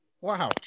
Wow